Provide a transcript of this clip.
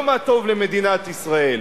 לא מה טוב למדינת ישראל.